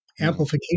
Amplification